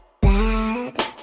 bad